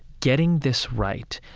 getting this right,